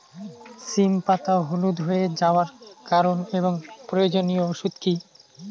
সিম পাতা হলুদ হয়ে যাওয়ার কারণ এবং প্রয়োজনীয় ওষুধ কি?